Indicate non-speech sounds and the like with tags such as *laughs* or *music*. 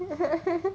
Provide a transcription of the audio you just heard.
*laughs*